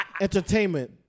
Entertainment